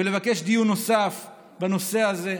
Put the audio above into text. ולבקש דיון נוסף בנושא הזה.